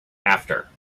after